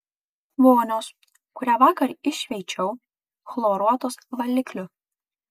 vonios kurią vakar iššveičiau chloruotu valikliu